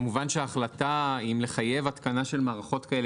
כמובן שההחלטה האם לחייב התקנה של מערכות כאלה,